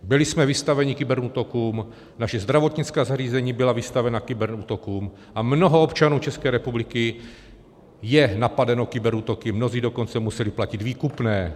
Byli jsme vystaveni kyberútokům, naše zdravotnická zařízení byla vystavena kyberútokům a mnoho občanů České republiky je napadeno kyberútoky, mnozí dokonce museli platit výkupné.